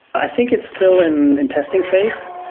i think it's still in and testing phase.